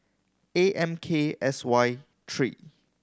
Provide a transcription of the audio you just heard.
A M K S Y three